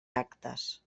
actes